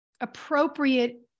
appropriate